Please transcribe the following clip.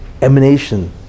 Emanation